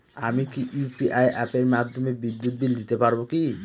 আমি কি ইউ.পি.আই অ্যাপের মাধ্যমে বিদ্যুৎ বিল দিতে পারবো কি?